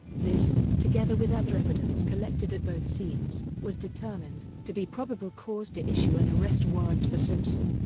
this, together with other evidence collected at both scenes, was determined to be probable cause to issue an arrest warrant for simpson.